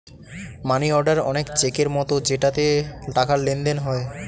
মানি order অনেক চেকের মতো যেটাতে টাকার লেনদেন হয়